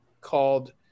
called